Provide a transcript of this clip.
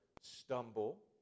stumble